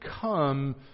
come